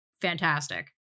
fantastic